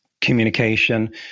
communication